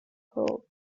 hole